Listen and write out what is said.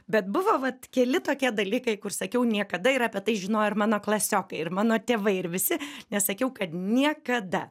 bet buvo vat keli tokie dalykai kur sakiau niekada ir apie tai žinojo ir mano klasiokai ir mano tėvai ir visi nes sakiau kad niekada